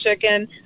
chicken